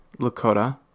Lakota